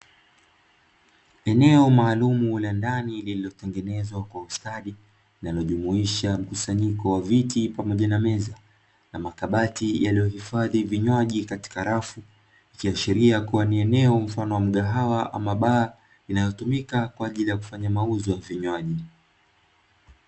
Eneo maalumu la ndani, lililotengenezwa kwa ustadi, linalojumuisha mkusanyiko wa viti pamoja na meza na makabati yaliyohifadhi vinywaji katika rafu ikiashiria kuwa ni eneo mfano wa mgahawa ama baa inayotumika kwa ajili ya kufanya mauzo ya vinywaji.